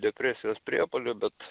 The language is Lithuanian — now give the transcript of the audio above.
depresijos priepuolių bet